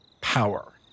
power